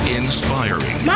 inspiring